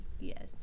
yes